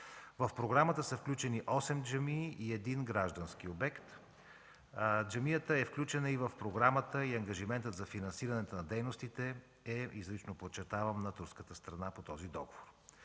В програмата са включени осем джамии и един граждански обект. Джамията е включена и в програмата и ангажиментът за финансиране на дейностите, изрично подчертавам, е на турската страна по този договор.